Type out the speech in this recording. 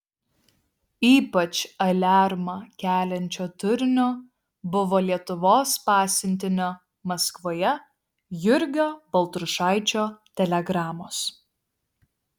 ypač aliarmą keliančio turinio buvo lietuvos pasiuntinio maskvoje jurgio baltrušaičio telegramos